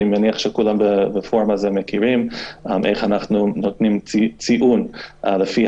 אתם יודעים איך אנחנו נותנים ציון לפי